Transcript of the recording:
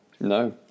No